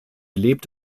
lebt